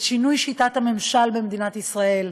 את שינוי שיטת הממשל במדינת ישראל: